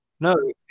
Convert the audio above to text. No